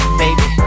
baby